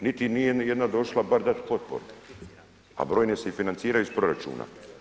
Niti nije ni jedna došla bar dati potporu a brojne se i financiraju iz proračuna.